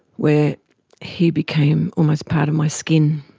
where he became almost part of my skin,